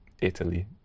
Italy